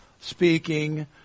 speaking